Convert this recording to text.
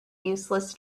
useless